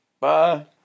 Bye